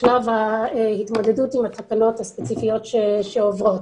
בשלב ההתמודדות עם התקנות הספציפיות שעוברות.